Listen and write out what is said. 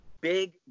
big